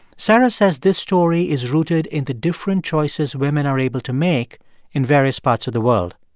sarah says this story is rooted in the different choices women are able to make in various parts of the world.